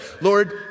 Lord